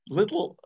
little